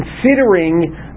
considering